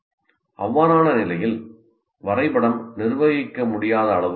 அவ்வாறான நிலையில் வரைபடம் நிர்வகிக்க முடியாத அளவுக்கு வளரும்